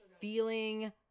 feeling